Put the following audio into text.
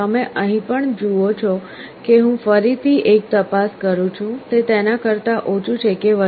તમે અહીં પણ જુઓ છો કે હું ફરીથી એક તપાસ કરું છું કે તે તેના કરતા ઓછું છે કે વધારે